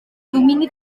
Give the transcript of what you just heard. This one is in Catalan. domini